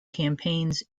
campaigns